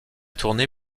tourné